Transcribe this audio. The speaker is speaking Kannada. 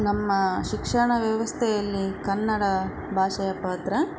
ನಮ್ಮ ಶಿಕ್ಷಣ ವ್ಯವಸ್ಥೆಯಲ್ಲಿ ಕನ್ನಡ ಭಾಷೆಯ ಪಾತ್ರ